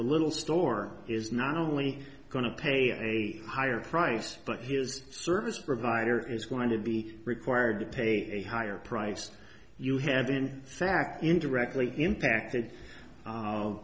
the little store is not only going to pay a higher price but his service provider is going to be required to pay a higher price you have been sacked indirectly impacted